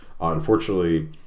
Unfortunately